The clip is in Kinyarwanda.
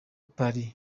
paris